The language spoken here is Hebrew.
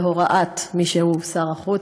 בהוראת מי שהוא שר החוץ,